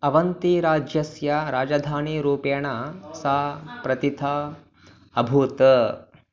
अवन्तीराज्यस्य राजधानीरूपेण सा प्रतिथा अभूत्